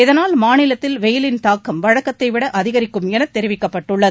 இதனால் மாநிலத்தில் வெயிலின் தாக்கம் வழக்கத்தைவிட அதிகரிக்கும் என தெரிவிக்கப்பட்டுள்ளது